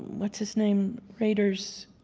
what's his name, raiders